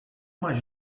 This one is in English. much